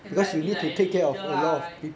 it's like a bit like leader lah like